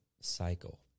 cycle